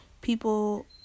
people